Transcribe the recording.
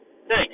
Thanks